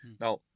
Now